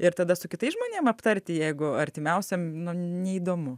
ir tada su kitais žmonėm aptarti jeigu artimiausiam nu neįdomu